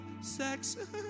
sex